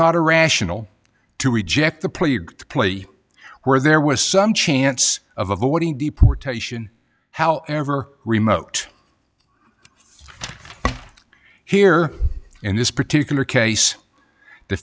not irrational to reject the plague the place where there was some chance of avoiding deportation however remote here in this particular case